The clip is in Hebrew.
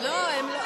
לא.